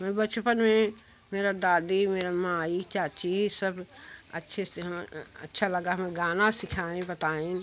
कोई बचपन में मेरा दादी मेरा माई चाची सब अच्छे से अच्छा लगा गाना सिखाएँ बताएँ